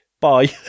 Bye